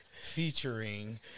featuring